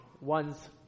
one's